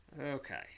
Okay